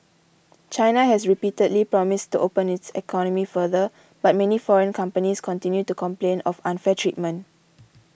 China has repeatedly promised to open its economy further but many foreign companies continue to complain of unfair treatment